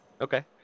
Okay